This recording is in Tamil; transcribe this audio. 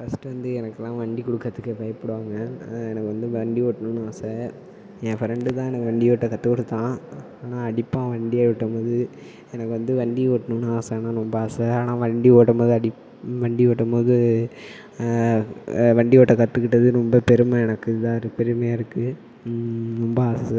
ஃபர்ஸ்ட் வந்து எனக்குலாம் வண்டி கொடுக்குறதுக்கே பயப்படுவாங்க ஆனால் எனக்கு வந்து வண்டி ஓட்டணும்னு ஆசை என் ஃப்ரெண்டு தான் எனக்கு வண்டி ஓட்ட கற்றுக் கொடுத்தான் ஆனால் அடிப்பான் வண்டி ஓட்டும் போது எனக்கு வந்து வண்டி ஓட்ட ஓட்டணும்னு ஆசை ஆனால் ரொம்ப ஆசை ஆனால் வண்டி ஓட்டும்போது அடிப் வண்டி ஓட்டும் போது வண்டி ஓட்ட கற்றுக்கிட்டது ரொம்ப பெருமை எனக்கு இதாருக்குது பெருமையாக இருக்குது ரொம்ப ஆசை